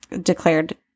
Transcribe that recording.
declared